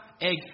egg